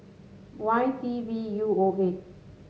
Y T V U O eight